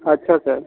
अच्छा सर